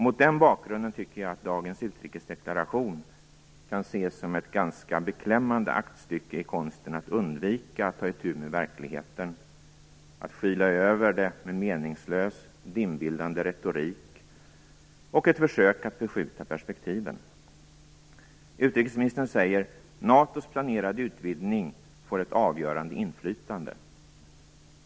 Mot den bakgrunden tycker jag att dagens utrikesdeklaration kan ses som ett ganska beklämmande aktstycke i konsten att undvika att ta itu med verkligheten, att skyla över en meningslös, dimbildande retorik och ett försök att förskjuta perspektiven. Utrikesministern säger att NATO:s planerade utvidgning får ett avgörande inflytande.